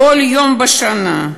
כל יום בשנה.